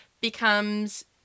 becomes